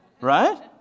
Right